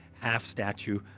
half-statue